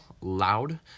loud